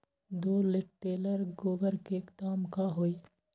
दो टेलर गोबर के दाम का होई?